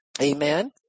Amen